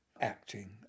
acting